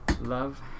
Love